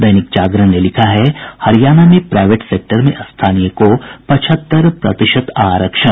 दैनिक जागरण ने लिखा है हरियाणा में प्राईवेट सेक्टर में स्थानीय को पचहत्तर प्रतिशत आरक्षण